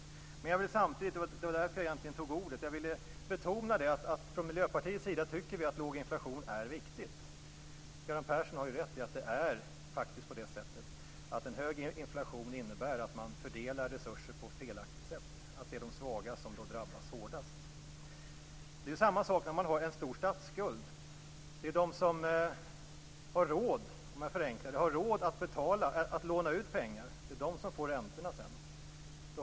Samtidigt vill jag betona - det var egentligen därför jag begärde ordet - att vi från Miljöpartiets sida tycker att låg inflation är viktigt. Göran Persson har rätt i att en hög inflation innebär att man fördelar resurser på ett felaktigt sätt och att det är de svaga som då drabbas hårdast. Det är samma sak när man har en stor statsskuld. Det är de som har råd att låna ut pengar, om jag förenklar det, som sedan får räntorna.